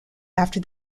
after